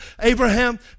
Abraham